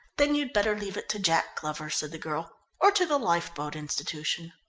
then you'd better leave it to jack glover, said the girl, or to the lifeboat institution.